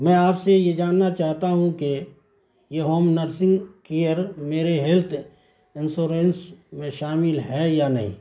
میں آپ سے یہ جاننا چاہتا ہوں کہ یہ ہوم نرسنگ کیئر میرے ہیلتھ انسورنس میں شامل ہے یا نہیں